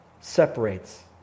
separates